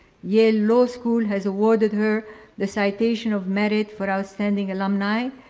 yale law school has awarded her the citation of merit for outstanding alumni,